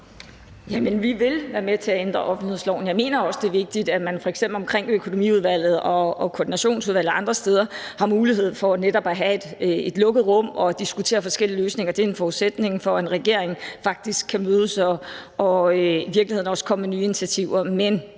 vi vil være med til at ændre offentlighedsloven. Jeg mener også, det er vigtigt, at man f.eks. omkring Økonomiudvalget og Koordinationsudvalget og andre steder har mulighed for netop at have et lukket rum og diskutere forskellige løsninger. Det er en forudsætning for, at en regering faktisk kan mødes og i virkeligheden også komme med nye initiativer.